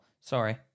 Sorry